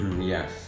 Yes